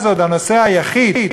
זה בסדר גמור.